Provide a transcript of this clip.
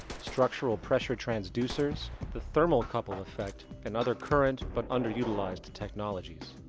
structural pressure transducers, the thermocouple effect, and other current but underutilized technologies.